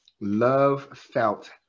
love-felt